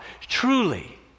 truly